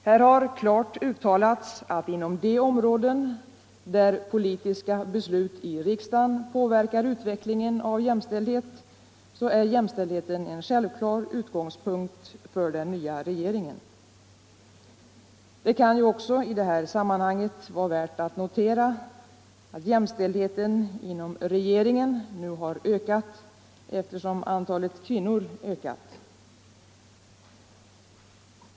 Här har klart uttalats att inom de områden där politiska beslut i riksdagen påverkar utvecklingen är jämställdhet en självklar utgångspunkt för den nya regeringen. Det kan i detta sammanhang också vara värt att notera att jämställdheten inom regeringen nu ökat eftersom antalet kvinnor ökat.